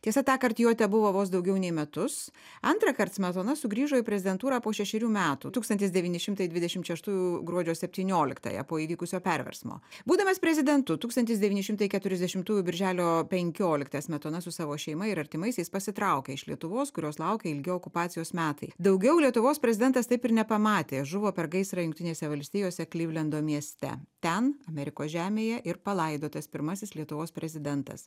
tiesa tąkart jo tebuvo vos daugiau nei metus antrąkart smetona sugrįžo į prezidentūrą po šešerių metų tūkstantis devyni šimtai dvidešim šeštųjų gruodžio septynioliktąją po įvykusio perversmo būdamas prezidentu tūkstantis devyni šimtai keturiasdešimtųjų birželio penkioliktąją smetona su savo šeima ir artimaisiais pasitraukė iš lietuvos kurios laukia ilgi okupacijos metai daugiau lietuvos prezidentas taip ir nepamatė žuvo per gaisrą jungtinėse valstijose klivlendo mieste ten amerikos žemėje ir palaidotas pirmasis lietuvos prezidentas